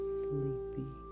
sleepy